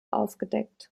aufgedeckt